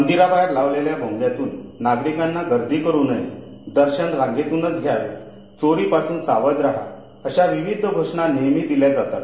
मंदिराबाहेर लावलेल्या भोंग्यातून नागरिकांना गर्दी करू नये दर्शन रांगेतूनच घ्यावे चोरांपासून सावध राहा अशा विविध घोषणा नेहेमीच दिल्या जातात